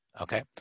Okay